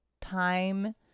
time